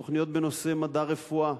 תוכניות בנושא מדע הרפואה,